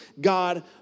God